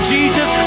Jesus